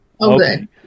Okay